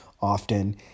often